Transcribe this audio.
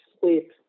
sleep